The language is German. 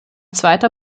zweiter